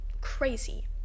crazy